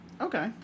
Okay